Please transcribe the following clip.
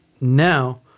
now